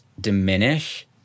diminish